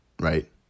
right